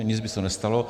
Nic by se nestalo.